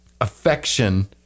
affection